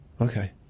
Okay